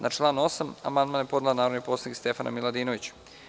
Na član 8. amandman je podnela narodna poslanica Stefana Miladinović.